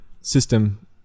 system